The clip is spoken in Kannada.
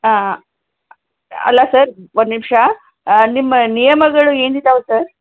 ಅಲ್ಲ ಸರ್ ಒಂದ್ನಿಂಶ ನಿಮ್ಮ ನಿಯಮಗಳು ಏನಿದ್ದಾವೆ ಸರ್